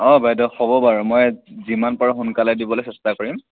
অ' বাইদ' হ'ব বাৰু মই যিমান পাৰো সোনকালে দিবলৈ চেষ্টা কৰিম